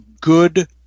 good